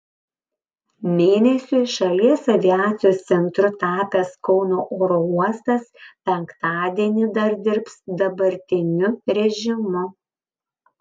mėnesiui šalies aviacijos centru tapęs kauno oro uostas penktadienį dar dirbs dabartiniu režimu